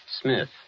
Smith